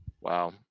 wow